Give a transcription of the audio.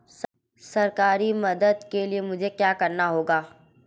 सरकारी मदद के लिए मुझे क्या करना होगा?